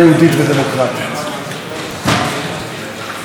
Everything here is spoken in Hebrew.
ושימור הסטטוס קוו,